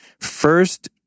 First